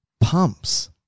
pumps